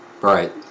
Right